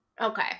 Okay